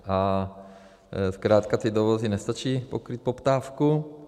A zkrátka ty dovozy nestačí pokrýt poptávku.